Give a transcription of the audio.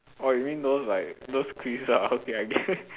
orh you mean those like those quiz ah okay I get it